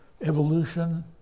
Evolution